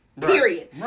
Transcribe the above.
Period